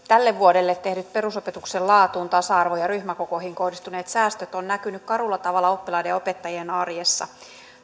tälle vuodelle tehdyt perusopetuksen laatuun tasa arvoon ja ryhmäkokoihin kohdistuneet säästöt ovat näkyneet karulla tavalla oppilaiden ja opettajien arjessa